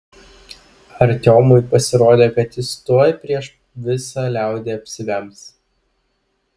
artiomui pasirodė kad jis tuoj prieš visą liaudį apsivems